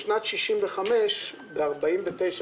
בשנת 65' בשנת 49',